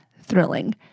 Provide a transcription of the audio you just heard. thrilling